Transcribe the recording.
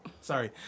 Sorry